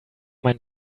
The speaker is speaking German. haben